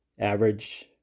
average